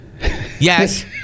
Yes